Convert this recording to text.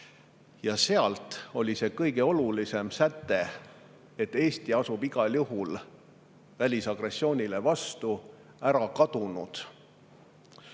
ja sealt oli see kõige olulisem säte, et Eesti astub igal juhul välisagressioonile vastu, ära kadunud.